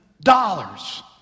dollars